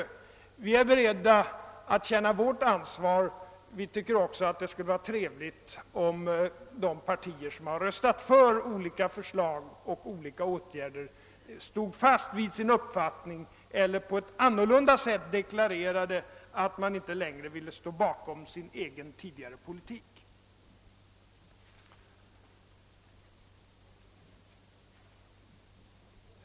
Vi är beredda att ta vårt ansvar, men vi tycker att det skulle vara trevligt om de partier som röstat för olika förslag och åtgärder står fast vid sin uppfattning eller på ett annorlunda sätt deklarerar att man inte längre vill vidhålla sin tidigare politik.